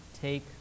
take